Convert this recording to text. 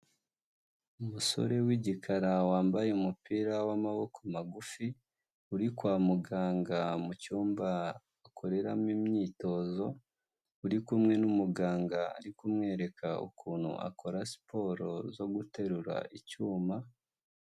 Umusore w'igikara wambaye umupira w'amaboko magufi; uri kwa muganga mucyumba akoreramo imyitozo; uri kumwe n'umuganga ari kumwereka ukuntu akora siporo zo guterura icyuma.